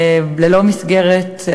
ללא מסגרת,